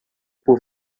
por